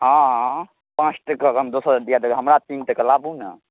हँ पाँच टका तऽ हम दोसरसँ दिआ देब हमरा तीन टका लाबू ने